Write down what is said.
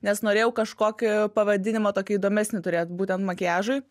nes norėjau kažkokį pavadinimą tokį įdomesnį turėtų būtent makiažui